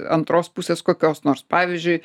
antros pusės kokios nors pavyzdžiui